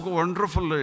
wonderful